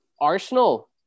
Arsenal